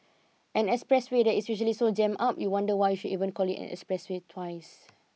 an expressway that is usually so jammed up you wonder why should you even call it an expressway twice